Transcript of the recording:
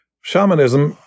shamanism